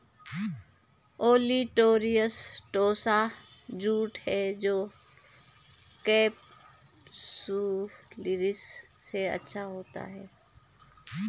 olitorius tossa jute है जो capsularis से अच्छा होता है